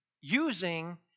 using